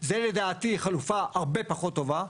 זו לדעתי חלופה הרבה פחות טובה,